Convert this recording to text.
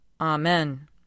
Amen